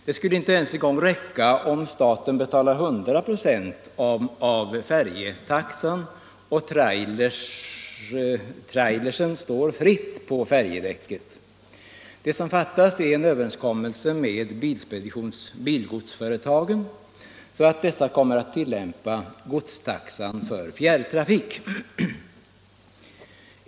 Det skulle inte ens vara tillräckligt om staten betalade 100 96 av färjetaxan och trailern följaktligen står fritt på färjedäcket. Det som saknas är en överenskommelse med bilgodsföretagen om att dessa skall tillämpa godstaxan för fjärrtrafik.